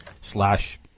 slash